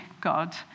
God